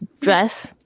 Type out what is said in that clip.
dress